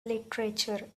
literature